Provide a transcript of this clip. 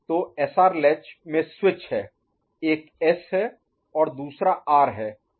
तो लैच में स्विच है एक एस है और दूसरा आर है